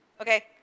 okay